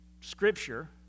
Scripture